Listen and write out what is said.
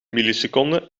milliseconden